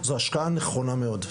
זו השקעה נכונה מאוד,